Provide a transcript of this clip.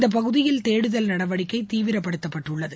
இந்தப்பகுதியில் தேடுதல் நடவடிக்கை தீவிரப்படுத்தப்பட்டுள்ளன